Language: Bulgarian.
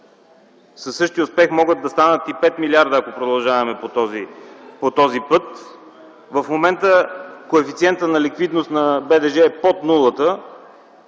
същия успех могат да станат и 5 милиарда, ако продължаваме по този път. В момента коефициентът на ликвидност на БДЖ е под нулата